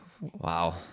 Wow